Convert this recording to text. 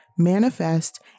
manifest